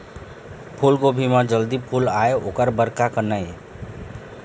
फूलगोभी म जल्दी फूल आय ओकर बर का करना ये?